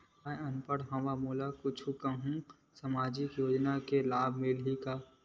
मैं अनपढ़ हाव मोला कुछ कहूं सामाजिक योजना के लाभ मिलही का?